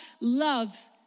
loves